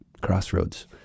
Crossroads